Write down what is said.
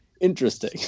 Interesting